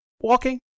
walking